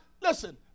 listen